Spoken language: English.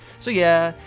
so yeah,